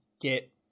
get